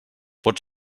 pot